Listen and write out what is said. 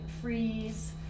freeze